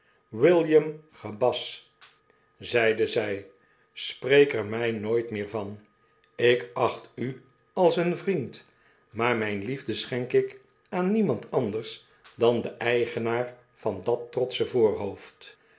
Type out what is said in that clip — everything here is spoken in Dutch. william gebas zeide zij spreek er my nooit meer van ik acht u als een vriend maar myne liefde schenk ik aan niemand anders dan den eigenaar van dat trotsche voorhoofd